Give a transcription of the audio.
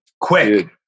Quick